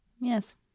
Yes